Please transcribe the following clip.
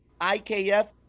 IKF